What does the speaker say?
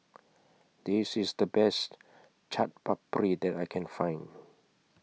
This IS The Best Chaat Papri that I Can Find